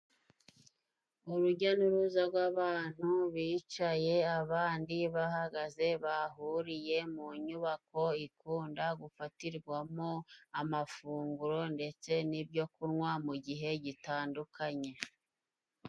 Urujya n'uruza gw'abantu bicaye abandi bahagaze, bahuriye mu nyubako ikunda gufatirwamo amafunguro ndetse n'ibyo kunwa mu gihe gitandukanye.